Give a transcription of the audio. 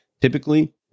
typically